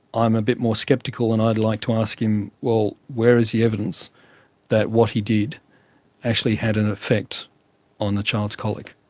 i'm a bit more sceptical, and i'd like to ask him, well, where is the evidence that what he did actually had an effect on the child's colic?